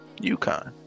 UConn